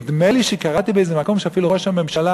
נדמה לי שקראתי באיזה מקום שאפילו ראש הממשלה